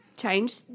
change